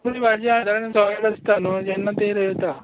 थोडी भाजी बाजारान सवायत आसता न्हू तेन्ना ती रोयता